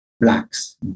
blacks